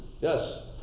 Yes